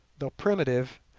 though primitive,